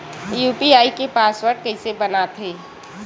UPI के password कइसे बनाथे?